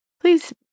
Please